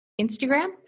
Instagram